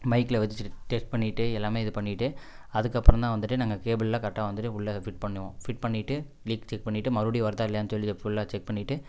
மைக்கில் வச்சு டெஸ்ட் பண்ணிட்டு எல்லாமே இது பண்ணிட்டு அதுக்கப்புறந்தான் வந்துட்டு நாங்கள் கேபிள்லாம் கரெக்டாக வந்துட்டு உள்ள ஃபிட் பண்ணுவோம் ஃபிட் பண்ணிட்டு லீக் செக் பண்ணிவிட்டு மறுபடியும் வருதா இல்லையான்னு சொல்லி ஃபுல்லா செக் பண்ணிட்டு